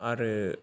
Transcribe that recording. आरो